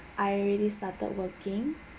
I already started working